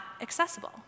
accessible